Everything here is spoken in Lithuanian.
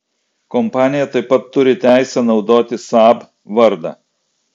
kompanija taip pat turi teisę naudoti saab vardą